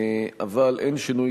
אבל אין שינוי,